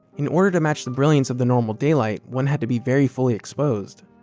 in order to match the brilliance of the normal daylight one had to be very fully exposed